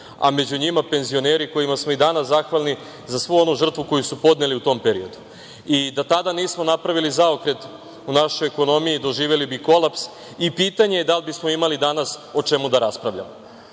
a među njima penzioneri kojima smo i danas zahvalni za svu onu žrtvu koju su podneli u tom periodu. Da tada nismo napravili zaokret u našoj ekonomiji, doživeli bi kolaps i pitanje je da li bismo imali danas o čemu da raspravljamo. Nešto